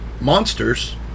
monsters